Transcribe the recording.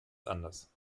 anders